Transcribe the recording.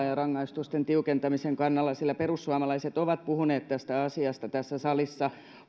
ja rangaistuksen tiukentamisen kannalla sillä perussuomalaiset ovat puhuneet tästä asiasta tässä salissa